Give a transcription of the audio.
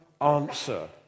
answer